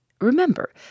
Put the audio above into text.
Remember